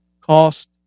cost